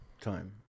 time